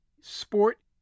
sport